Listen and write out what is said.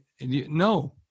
No